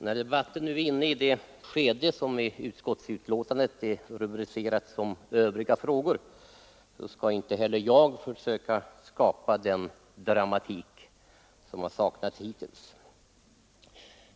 När debatten nu är inne i det skede som i utskottsbetänkandet är rubricerat Övriga frågor skall inte heller jag försöka skapa den dramatik som saknats hittills.